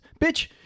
Bitch